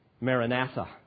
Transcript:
Maranatha